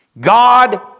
God